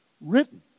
Written